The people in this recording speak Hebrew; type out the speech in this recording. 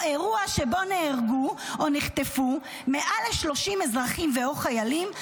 או אירוע שבו נהרגו או נחטפו מעל ל-30 אזרחים ו/או חיילים,